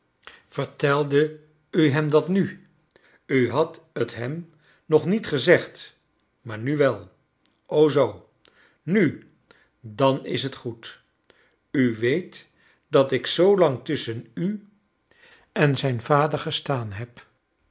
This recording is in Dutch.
vertelde u hem dat nu u hadt t hem nog niet gezegd maar au wel o zoo nu dan is het goed u weet dat ik zoo lang tusschen u kleine doklut en zijn vader gestaan heb